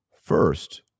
First